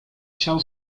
siał